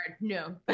no